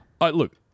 Look